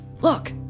look